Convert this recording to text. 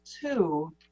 two